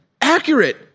accurate